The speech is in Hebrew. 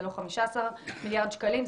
זה לא 15 מיליארד שקלים,